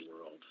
world